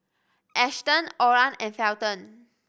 Ashton Oran and Felton